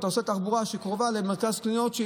ואתה עושה תחבורה שתהיה לו קרובה למרכז קניות.